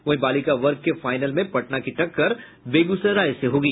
वहीं बालिका वर्ग के फाइनल में पटना की टक्कर बेगूसराय से होगी